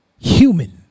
human